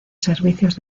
servicios